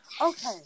Okay